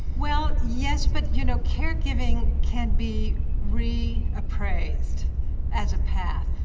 well, yes, but you know caregiving can be reappraised as a path